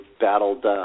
battled